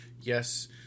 Yes